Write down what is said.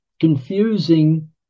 confusing